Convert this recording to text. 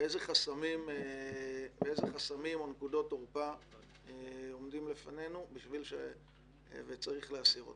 ואיזה חסמים או נקודות תורפה עומדים לפנינו וצריך להסיר אותם.